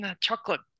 chocolate